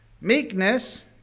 meekness